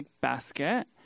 basket